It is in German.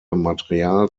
material